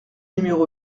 numéro